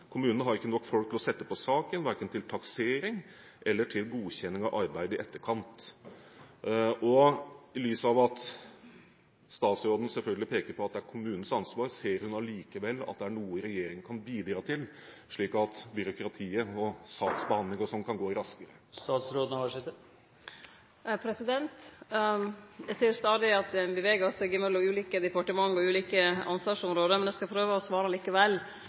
Kommunene har ikke nok folk å sette folk på saken, verken til taksering eller godkjenning av arbeid i etterkant. I lys av at statsråden selvfølgelig peker på at det er kommunens ansvar, ser hun likevel at det er noe regjeringen kan bidra med, slik at byråkratiet, saksbehandling og slikt kan gå raskere? Eg ser stadig at ein beveger seg mellom ulike departement og ulike ansvarsområde, men eg skal prøve å svare